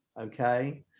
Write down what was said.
Okay